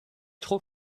trop